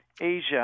Asia